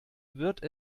wird